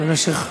במשך שלוש.